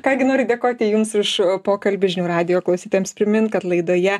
ką gi noriu dėkoti jums už pokalbį žinių radijo klausytojams primint kad laidoje